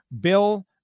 Bill